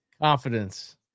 confidence